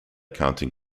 counting